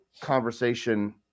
conversation